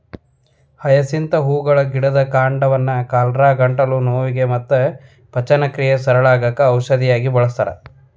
hyacinth ಹೂಗಳ ಗಿಡದ ಕಾಂಡವನ್ನ ಕಾಲರಾ, ಗಂಟಲು ನೋವಿಗೆ ಮತ್ತ ಪಚನಕ್ರಿಯೆ ಸರಳ ಆಗಾಕ ಔಷಧಿಯಾಗಿ ಬಳಸ್ತಾರ